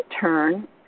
turn